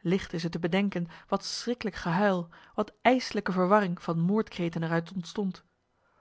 licht is het te bedenken wat schriklijk gehuil wat ijslijke verwarring van moordkreten eruit ontstond